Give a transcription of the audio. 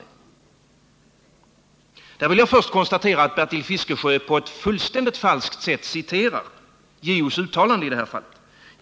Jag vill där börja med att konstatera att Bertil Fiskesjö på ett fullständigt falskt sätt citerade JO:s uttalande.